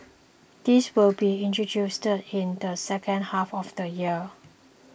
this will be introduced in the second half of the year